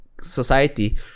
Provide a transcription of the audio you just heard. society